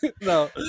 No